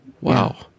Wow